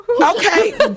Okay